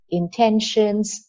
intentions